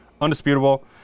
Undisputable